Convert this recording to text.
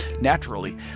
Naturally